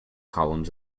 columns